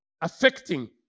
affecting